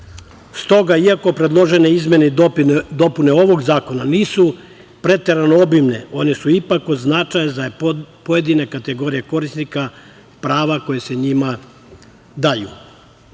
Stoga, i ako predložene izmene i dopune ovog zakona nisu preterano obimne, one su ipak od značaja za pojedine kategorije korisnika prava koje se njima